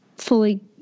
Fully